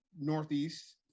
northeast